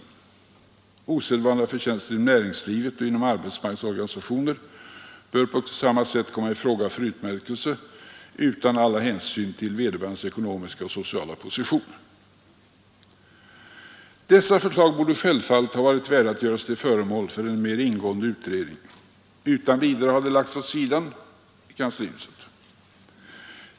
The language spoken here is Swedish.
Osedvanliga förtjänster inom näringslivet och inom arbetsmarknadens organisationer bör på samma sätt komma i fråga för utmärkelse utan alla hänsyn till vederbörandes ekonomiska och sociala position.” Dessa förslag borde självfallet ha varit värda att göras till föremål för en mer ingående utredning. Utan vidare har de lagts åt sidan i kanslihuset.